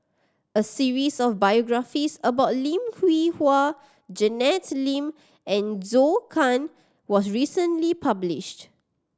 a series of biographies about Lim Hwee Hua Janet Lim and Zhou Can was recently published